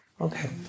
Okay